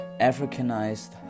Africanized